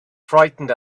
frightened